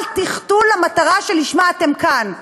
אל תחטאו למטרה שלשמה אתם כאן,